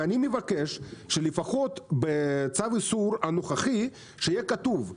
ואני מבקש שלפחות בצו איסור הנוכחי יהיה כתוב.